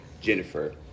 Jennifer